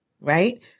right